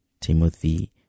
Timothy